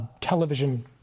television